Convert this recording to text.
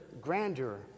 grandeur